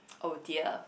oh dear